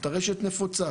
טרשת נפוצה,